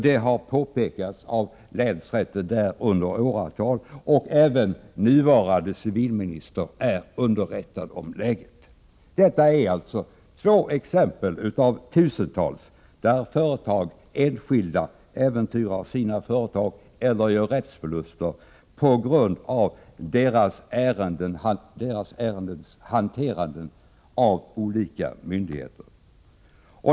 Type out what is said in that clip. Det har påpekats av länsrätten under åratal, och även nuvarande civilministern är underrättad om läget. Detta är alltså två exempel av tusentals där företag och enskilda äventyrar sina företag eller gör rättsförluster på grund av hur olika myndigheter hanterar deras ärenden.